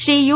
Shri you